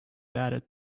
added